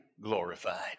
glorified